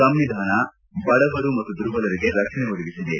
ಸಂವಿಧಾನ ಬಡವರು ಮತ್ತು ದುರ್ಬಲರಿಗೆ ರಕ್ಷಣೆ ಒದಗಿಸಿದೆ